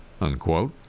unquote